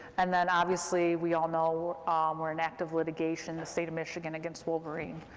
and then obviously we all know um we're in active litigation, the state of michigan against wolverine,